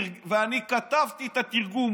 ואני כתבתי את התרגום.